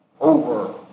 over